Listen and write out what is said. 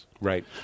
Right